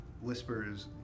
whispers